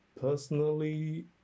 personally